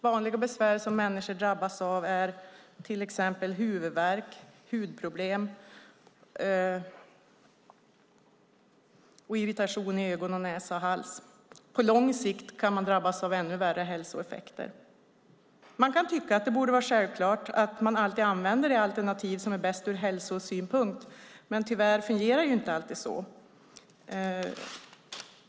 Vanliga besvär som människor drabbas av är till exempel huvudvärk, hudproblem och irritation i ögon, näsa och hals. På lång sikt kan man drabbas av ännu värre hälsoeffekter. Man kan tycka att det borde vara självklart att alltid använda det alternativ som är bäst ur hälsosynpunkt, men tyvärr fungerar det inte alltid så.